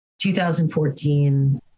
2014